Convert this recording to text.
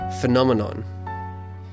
phenomenon